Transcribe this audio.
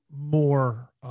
More